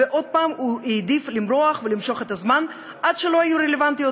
ועוד פעם הוא העדיף למרוח ולמשוך את הזמן עד שלא יהיו עוד רלוונטיות.